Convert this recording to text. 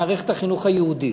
במערכת החינוך היהודית.